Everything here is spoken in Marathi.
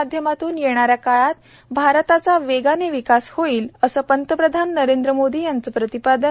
माध्यमातून येणाऱ्या काळात भारताचा वेगाने विकास होईल असं पंतप्रधान नरेंद्र मोदी यांचं प्रतिपादन